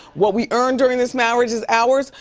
what we earn during this marriages is ours.